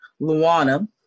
Luana